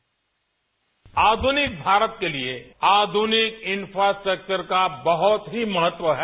bite आधुनिक भारत के लिये आधुनिक इन्फ्रास्ट्रक्चर का बहुत ही महत्व है